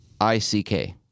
Ick